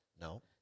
No